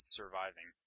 surviving